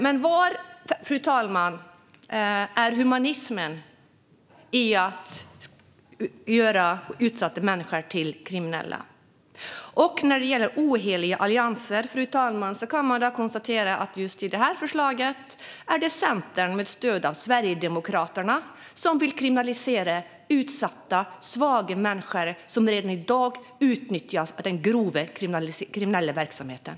Men var är humanismen i fråga om att göra utsatta människor till kriminella, fru talman? När det gäller oheliga allianser kan jag konstatera att det i just det här förslaget är Centern som med stöd av Sverigedemokraterna vill kriminalisera utsatta, svaga människor som redan i dag utnyttjas av den grova, kriminella verksamheten.